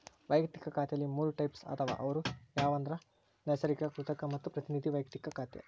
ವಯಕ್ತಿಕ ಖಾತೆಲಿ ಮೂರ್ ಟೈಪ್ಸ್ ಅದಾವ ಅವು ಯಾವಂದ್ರ ನೈಸರ್ಗಿಕ, ಕೃತಕ ಮತ್ತ ಪ್ರತಿನಿಧಿ ವೈಯಕ್ತಿಕ ಖಾತೆ